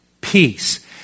peace